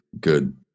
good